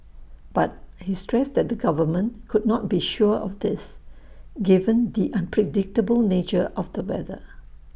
but he stressed that the government could not be sure of this given the unpredictable nature of the weather